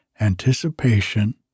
anticipation